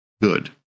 good